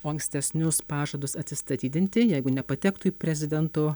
o ankstesnius pažadus atsistatydinti jeigu nepatektų į prezidento